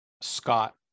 Scott